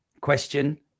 question